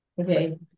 okay